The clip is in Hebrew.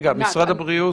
כן,